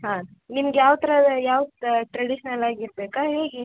ಹಾಂ ನಿಮ್ಗೆ ಯಾವ ಥರ ಯಾವ್ತಾ ಟ್ರೆಡಿಷನಲ್ ಆಗಿರ್ಬೇಕ ಹೇಗೆ